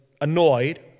annoyed